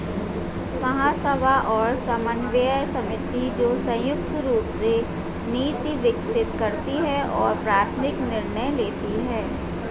महासभा और समन्वय समिति, जो संयुक्त रूप से नीति विकसित करती है और प्राथमिक निर्णय लेती है